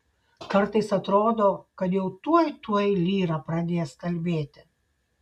kartais atrodo kad jau tuoj tuoj lyra pradės kalbėti